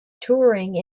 touring